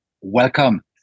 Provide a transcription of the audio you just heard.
welcome